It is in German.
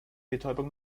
betäubung